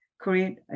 create